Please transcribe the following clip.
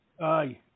Aye